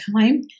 time